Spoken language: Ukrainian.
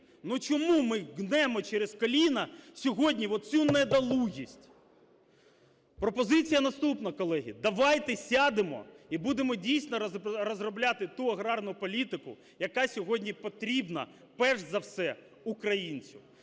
Ну, чому ми гнемо через коліно сьогодні от цю недолугість? Пропозиція наступна, колеги. Давайте сядемо і будемо, дійсно, розробляти ту аграрну політику, яка сьогодні потрібна, перш за все, українцю.